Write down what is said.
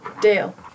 Dale